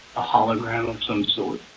a hologram of some sort